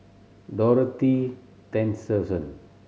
Dorothy Tessensohn